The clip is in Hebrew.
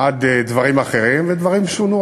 עד דברים אחרים, ודברים שונו.